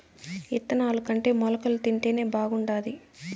ఇత్తనాలుకంటే మొలకలు తింటేనే బాగుండాది